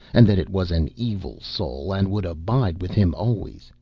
and that it was an evil soul and would abide with him always,